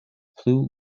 plu